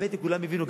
האמת היא כולם הבינו,